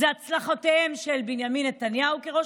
זה הצלחותיהם של בנימין נתניהו כראש